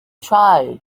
try